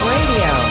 Radio